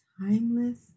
Timeless